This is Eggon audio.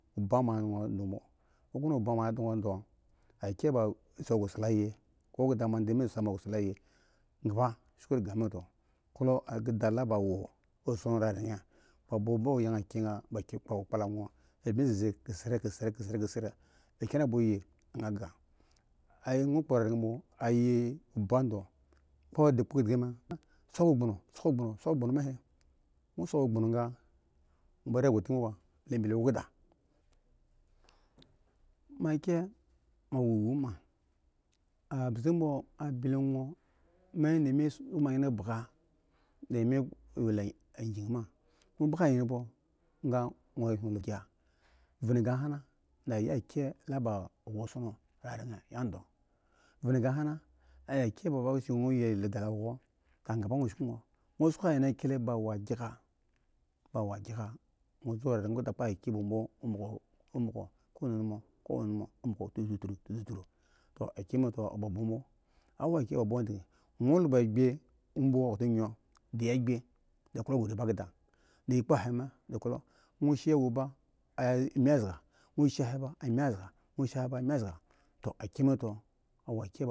Nwo oba mo yi domo ya da a kye ba so sayi k keda mo ande so seyi gimaba shku keda mi he to klo kea ba wo esson raren bi ba yang kye ba bmi zeze kisre kisre i kine a boyen mi ga kirse ba oba da din so awo gbono bo di so awo gbono ga di ba ri at ga bo bo mo kye awo na ma so mo ba ri ate ga ba bo mo kye ba shi ba nwo esson raren ya do wo sa angenkyle ba wo agyaga wo zo raren kada kpa la kyen a bo ko wani ombogo awo kye klo wo lub agbi bo kpa ta nwo da kpo he mi a klo shi ba a mi zga mi zga to akina ko nwo akiba.